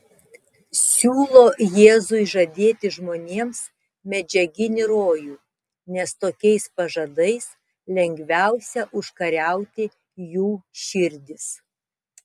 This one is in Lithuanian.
siūlo jėzui žadėti žmonėms medžiaginį rojų nes tokiais pažadais lengviausia užkariauti jų širdis